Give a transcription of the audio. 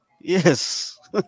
Yes